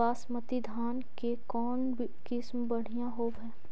बासमती धान के कौन किसम बँढ़िया होब है?